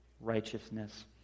righteousness